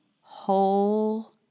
whole